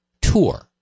tour